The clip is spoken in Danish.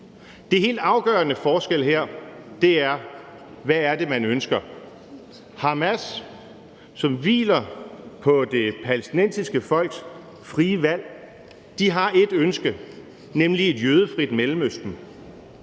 Den helt afgørende forskel her er, hvad det er, man ønsker. Hamas, som hviler på det palæstinensiske folks frie valg, har ét ønske, nemlig et jødefrit Mellemøsten.